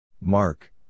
Mark